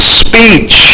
speech